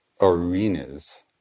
arenas